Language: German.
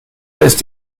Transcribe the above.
ist